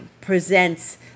presents